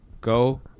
go